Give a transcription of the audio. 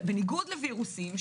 בניגוד לווירוסים,